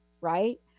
right